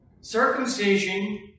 Circumcision